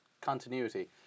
Continuity